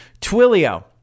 Twilio